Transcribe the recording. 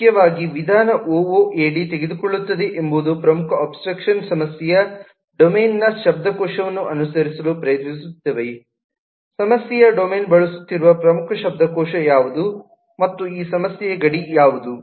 ಮುಖ್ಯವಾಗಿ ವಿಧಾನ ಒಒಎಡಿ ತೆಗೆದುಕೊಳ್ಳುತ್ತದೆ ಎಂಬುದು ಪ್ರಮುಖ ಅಬ್ಸ್ಟ್ರಾಕ್ಷನ್ ಸಮಸ್ಯೆಯ ಡೊಮೇನ್ನ ಶಬ್ದಕೋಶವನ್ನು ಅನುಸರಿಸಲು ಪ್ರಯತ್ನಿಸುತ್ತವೆ ಸಮಸ್ಯೆಯ ಡೊಮೇನ್ ಬಳಸುತ್ತಿರುವ ಪ್ರಮುಖ ಶಬ್ದಕೋಶ ಯಾವುದು ಮತ್ತು ಈ ಸಮಸ್ಯೆಯ ಗಡಿ ಯಾವುದು